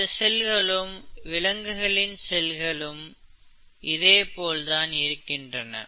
நமது செல்களும் விலங்குகளின் செல்களும் இதே போல் தான் இருக்கின்றன